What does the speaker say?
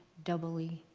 doubly.